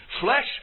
flesh